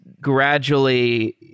gradually